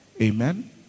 Amen